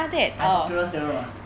pythagoras theorem ah